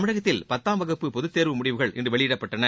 தமிழகத்தில் பத்தாம் வகுப்பு பொதுத் தேர்வு முடிவுகள் இன்று வெளியிடப்பட்டன